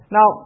Now